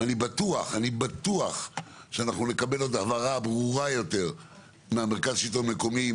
אני בטוח שאנחנו נקבל עוד הבהרה ברורה יותר מהמרכז לשלטון המקומי,